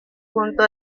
junto